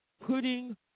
putting